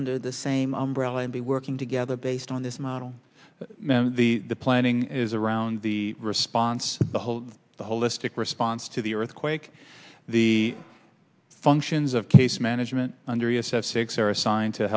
under the same umbrella and be working together based on this model the planning is around the response the whole the holistic response to the earthquake the functions of case management under reassess six are assigned to